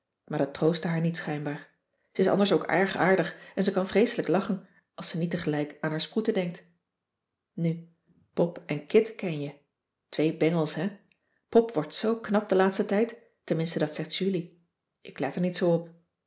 maar dat troostte haar niet schijnbaar ze is anders ook erg aardig en ze kan vreeselijk lachen als ze niet tegelijk aan haar sproeten denkt nu pop en kit ken je twee bengels hè pop wordt zoo knap den laatsten tijd tenminste dat zegt julie ik let er niet zoo op